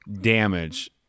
damage